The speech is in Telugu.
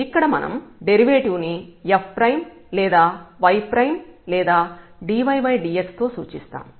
ఇక్కడ మనం డెరివేటివ్ ను f లేదా y లేదా dydx తో సూచిస్తాము